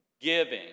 giving